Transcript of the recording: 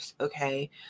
Okay